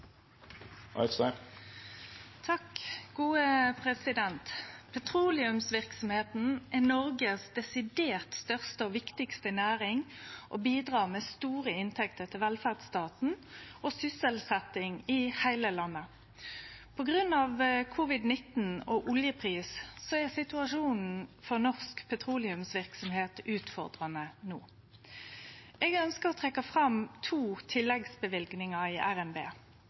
er Noregs desidert største og viktigaste næring og bidreg med store inntekter til velferdsstaten og sysselsetjing i heile landet. På grunn av covid-l9 og oljeprisen er situasjonen for norsk petroleumsverksemd no utfordrande. Eg ønskjer å trekkje fram to tilleggsløyvingar i